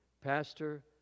Pastor